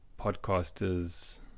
podcasters